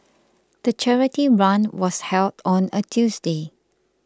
the charity run was held on a Tuesday